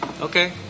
Okay